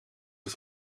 het